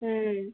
ಹ್ಞೂ